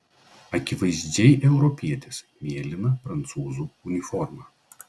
akivaizdžiai europietis mėlyna prancūzų uniforma